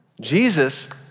Jesus